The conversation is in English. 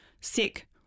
sick